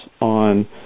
on